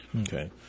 Okay